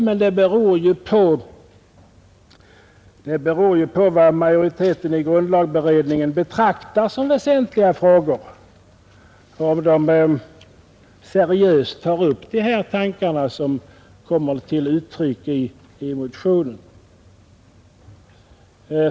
Men det beror ju på vad majoriteten i grundlagberedningen betraktar som väsentliga frågor om man seriöst tar upp de tankar som kommer till uttryck i motionen.